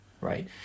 right